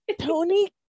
Tony